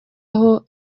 aho